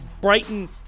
Brighton